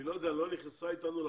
אני לא יודע, היא לא נכנסה איתנו בפרטים,